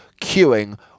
queuing